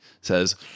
says